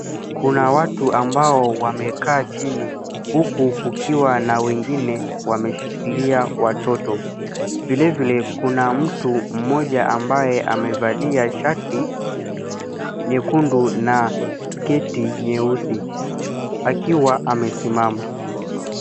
Kuna watu ambao wamekaa chini, huku kukiwa na wengine wameshikilia watoto. Vile vile, kuna mtu mmoja ambaye amevalia shati nyekundu na sketi nyeusi, akiwa amesimama.